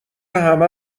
همه